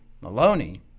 Maloney